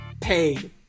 paid